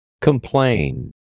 Complain